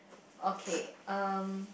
okay um